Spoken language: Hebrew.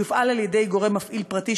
שיופעל על-ידי גורם מפעיל פרטי,